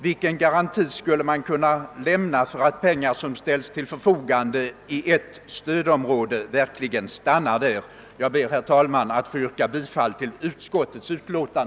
Vilken garanti skulle man kunna få för att pengar som ställts till förfogande i ett stödområde verkligen stannar där? Jag ber, herr talman, att få yrka bifall till utskottets hemställan.